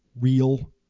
real